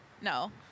no